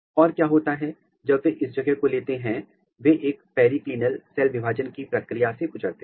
और क्या होता है जब वे इस जगह को लेते हैं वे एक पेरिकिलिनल सेल विभाजन की प्रक्रिया से गुजरते हैं